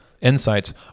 insights